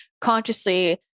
consciously